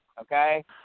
okay